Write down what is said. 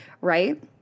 Right